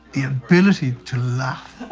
the ability to laugh.